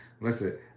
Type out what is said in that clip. Listen